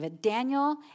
Daniel